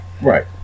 Right